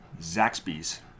Zaxby's